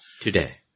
today